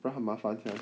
不然很麻烦 sia